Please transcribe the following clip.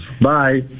Bye